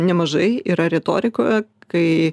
nemažai yra retorikoje kai